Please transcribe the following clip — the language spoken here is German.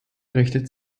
richtet